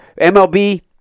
MLB